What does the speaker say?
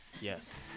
Yes